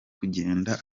kugenda